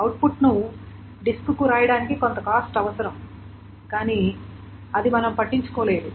అవుట్పుట్ను డిస్కుకు వ్రాయడానికి కొంత కాస్ట్ అవసరం కానీ అది మనము పట్టించుకోలేదు